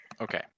Okay